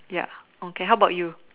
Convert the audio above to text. ya okay how about you